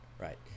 Right